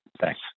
Thanks